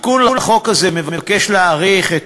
התיקון לחוק הזה מבקש למעשה להאריך את